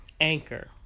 Anchor